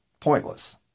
Pointless